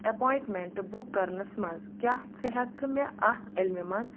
appointment book کرنَس منٛز کیٛاہ ژٕ ہیٚکہِ کھا مےٚ اَتھ علمہِ منٛز